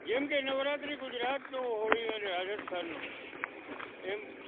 જેમકે નવરાત્રી ગુજરાતનો હોળીનો રાજસ્થાનનો એમ